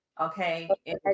Okay